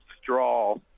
straw